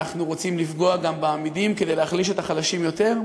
אנחנו רוצים לפגוע גם באמידים כדי להחליש את החלשים יותר?